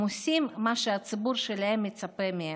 הם עושים מה שהציבור שלהם מצפה מהם.